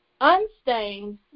unstained